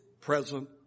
present